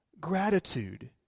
gratitude